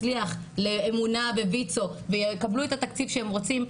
אז גם אם עכשיו המחאה תצליח לאמונה וויצו ויקבלו את התקציב שהם רוצים,